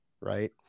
right